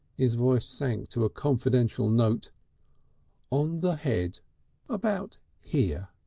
his voice sank to a confidential note on the head about here.